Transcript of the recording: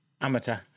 amateur